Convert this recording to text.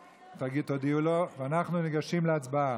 תודיעו לו, ואנחנו ניגשים להצבעה.